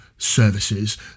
services